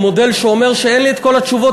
הוא מודל שאומר שאין לי את כל התשובות,